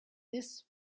this